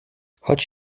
choć